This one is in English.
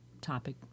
topic